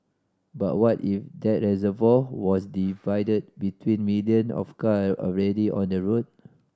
but what if that reservoir was divided between million of car already on the road